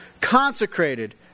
Consecrated